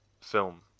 film